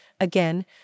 Again